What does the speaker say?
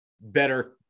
better